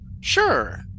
Sure